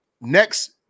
next